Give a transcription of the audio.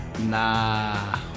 Nah